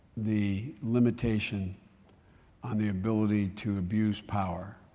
the limitation on the ability to abuse power